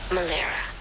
Malera